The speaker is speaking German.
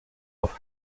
auf